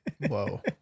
Whoa